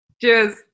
Cheers